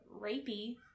rapey